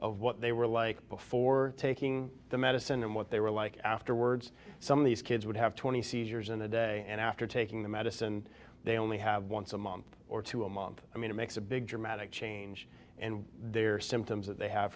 of what they were like before taking the medicine and what they were like afterwards some of these kids would have twenty seizures in a day and after taking the medicine they only have once a month or two a month i mean it makes a big dramatic change and their symptoms that they have